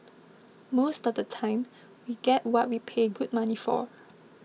most of the time we get what we pay good money for